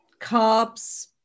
carbs